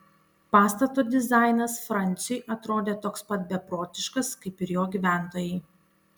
pastato dizainas franciui atrodė toks pat beprotiškas kaip ir jo gyventojai